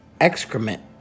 excrement